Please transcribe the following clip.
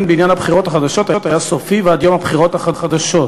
בעניין הבחירות החדשות היה סופי ועד יום הבחירות החדשות,